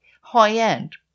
high-end